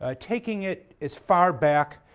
ah taking it as far back